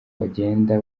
bagenda